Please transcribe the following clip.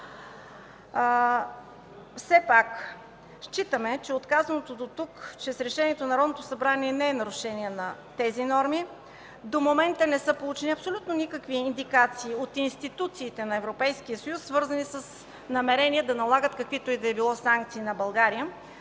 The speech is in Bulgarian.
Все пак считаме от казаното дотук, че решението на Народното събрание не е в нарушение на тези норми. До момента не са получени абсолютно никакви индикации от институции на Европейския съюз, свързани с намерения да налагат каквито и да било санкции на България.